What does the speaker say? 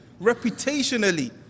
reputationally